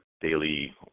daily